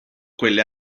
quelle